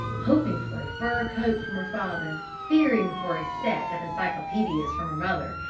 hoping for a fur coat from her father, fearing for a set of encyclopedias from her mother,